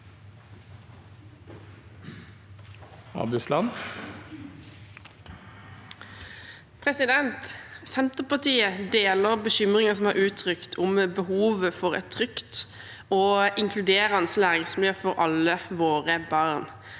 Sen- terpartiet deler bekymringene som er uttrykt om behovet for et trygt og inkluderende læringsmiljø for alle våre barn.